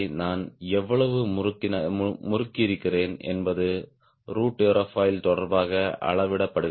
நான் எவ்வளவு முறுக்கியிருக்கிறேன் என்பது ரூட் ஏரோஃபாயில் தொடர்பாக அளவிடப்படுகிறது